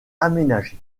aménagée